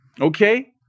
okay